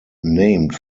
named